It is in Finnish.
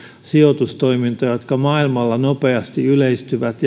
sijoitustoimintoja jotka maailmalla nopeasti yleistyvät